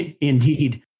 Indeed